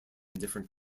different